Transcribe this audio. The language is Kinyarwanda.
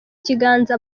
kiganza